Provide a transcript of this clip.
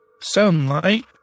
sunlight